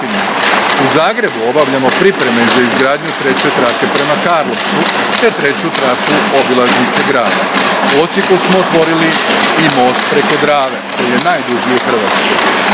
U Zagrebu obavljamo pripreme za izgradnju treće trake prema Karlovcu te treću traku obilaznice grada. U Osijeku smo otvorili i most preko Drave, koji je najduži u Hrvatskoj.